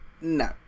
No